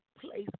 place